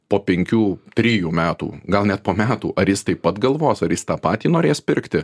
po penkių trijų metų gal net po metų ar jis taip pat galvos ar jis tą patį norės pirkti